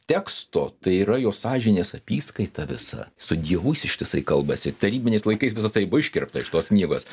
teksto tai yra jo sąžinės apyskaita visa su dievu jis ištisai kalbasi tarybiniais laikais visa tai buvo iškirpta iš tos knygos